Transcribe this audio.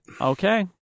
Okay